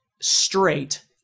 straight